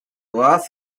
was